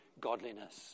godliness